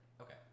Okay